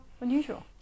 unusual